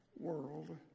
world